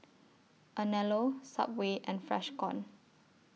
Anello Subway and Freshkon